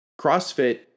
CrossFit